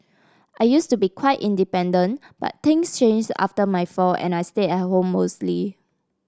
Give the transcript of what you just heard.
I used to be quite independent but things changed after my fall and I stayed at home mostly